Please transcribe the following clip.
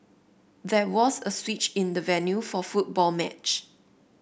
there was a switch in the venue for football match